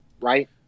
Right